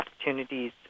opportunities